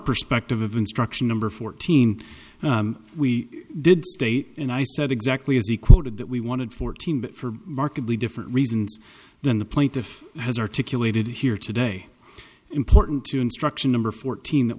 perspective of instruction number fourteen we did state and i said exactly as he quoted that we wanted fourteen but for markedly different reasons than the plaintiff has articulated here today important to instruction number fourteen that